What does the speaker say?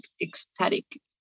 ecstatic